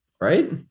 right